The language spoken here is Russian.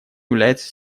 является